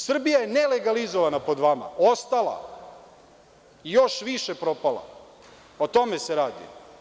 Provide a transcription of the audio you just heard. Srbija je nelegalizovana pod vama ostala i još više propala, o tome se radi.